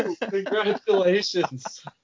Congratulations